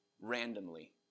randomly